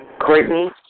Courtney